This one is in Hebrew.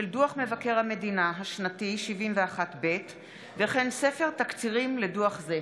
דוח מבקר המדינה השנתי 71ב וספר תקצירים לדוח זה.